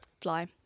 Fly